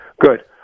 Good